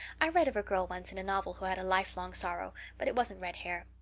i read of a girl once in a novel who had a lifelong sorrow but it wasn't red hair.